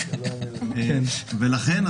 ולכן,